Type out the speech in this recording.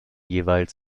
jeweils